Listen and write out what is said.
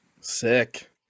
Sick